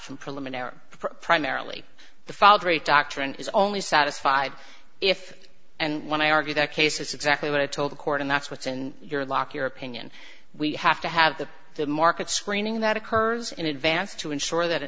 for primarily the fall very doctrine is only satisfied if and when i argue that case is exactly what i told the court and that's what's in your lock your opinion we have to have the market screening that occurs in advance to ensure that an